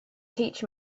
teach